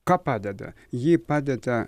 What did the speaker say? ką padeda ji padėti